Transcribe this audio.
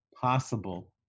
possible